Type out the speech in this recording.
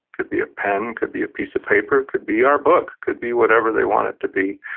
could be a pen, could be a piece of paper, could be our book, could be whatever they want it to be,